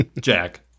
Jack